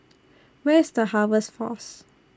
Where IS The Harvest Force